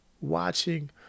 watching